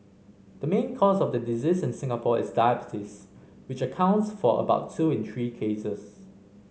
the main cause of the disease in Singapore is diabetes which accounts for about two in three cases